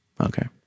Okay